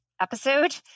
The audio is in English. episode